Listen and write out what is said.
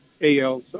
AL